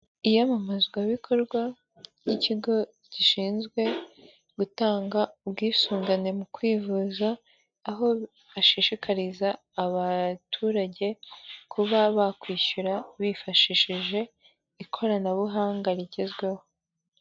Iyamamazwabikorwa ry'ikigo gishinzwe gutanga ubwisungane mu kwivuza, aho ashishikariza abaturage kuba bakwishyura bifashishije ikoranabuhanga rigezweho.